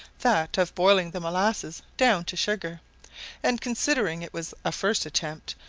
that of boiling the molasses down to sugar and, considering it was a first attempt,